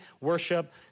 worship